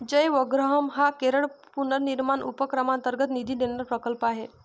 जयवग्रहम हा केरळ पुनर्निर्माण उपक्रमांतर्गत निधी देणारा प्रकल्प आहे